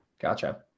Gotcha